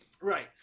Right